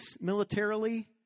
militarily